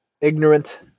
ignorant